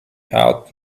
out